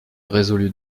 résolut